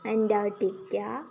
Antarctica